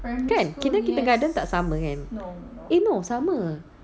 kan kita kindergarten tak sama kan eh no sama